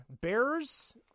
Bears